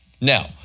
now